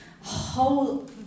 whole